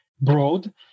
broad